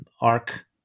arc